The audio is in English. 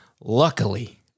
Luckily